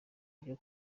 ryo